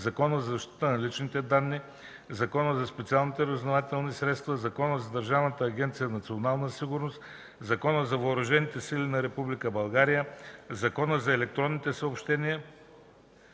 Закона за защита на личните данни, Закона за специалните разузнавателни средства, Закона за Държавна агенция „Национална сигурност“, Закона за въоръжените сили на Република България, Закона за електронните съобщения,